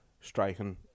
Striking